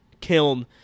Kiln